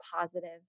positive